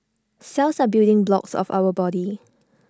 cells are building blocks of our body